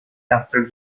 after